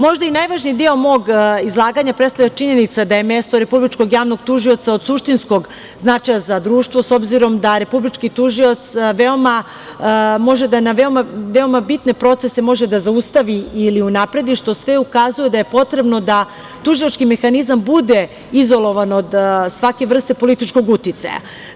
Možda najvažniji deo mog izlaganja predstavlja činjenica da je mesto Republičkog javnog tužioca od suštinskog značaja za društvo, s obzirom da Republički tužioc može da veoma bitne procese zaustavi ili unapredi, što sve ukazuje da je potrebno da tužilački mehanizam bude izolovan od svake vrste političkog uticaja.